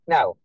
Now